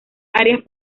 áreas